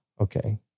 okay